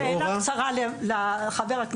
שאלה קצרה לחה"כ מרגי.